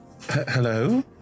Hello